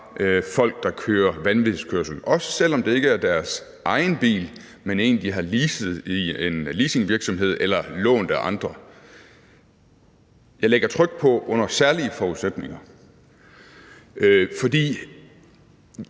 folk, der kører vanvidskørsel, også selv om det ikke er deres egen bil, men er en, de har leaset i en leasingvirksomhed eller lånt af andre. Jeg ligger tryk på under særlige forudsætninger, for